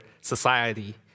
society